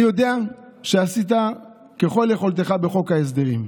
אני יודע שעשית ככל יכולתך בחוק ההסדרים,